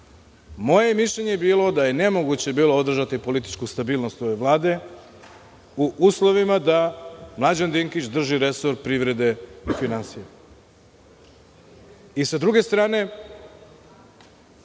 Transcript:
Moje mišljenje je bilo da je nemoguće bilo održati političku stabilnost ove Vlade u uslovima da Mlađan Dinkić drži resor privrede i finansija.S druge strane,